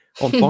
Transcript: on